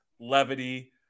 levity